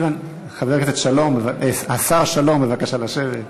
סילבן, חבר הכנסת שלום, השר שלום, בבקשה לשבת.